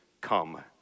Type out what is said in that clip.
come